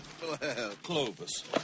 Clovis